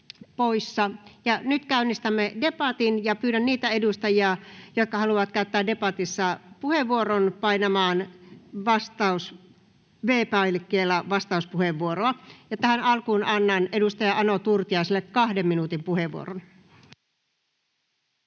Nyt käynnistämme debatin, ja pyydän niitä edustajia, jotka haluavat käyttää debatissa puheenvuoron, painamaan V-painikkeella vastauspuheenvuoroa. Ja tähän alkuun annan edustaja Ano Turtiaiselle 2 minuutin puheenvuoron.